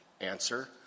Answer